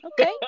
okay